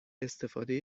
استفاده